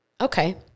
okay